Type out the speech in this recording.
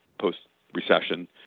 post-recession